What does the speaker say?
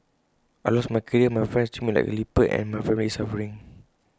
I lost my career my friends treat me like A leper and my family is suffering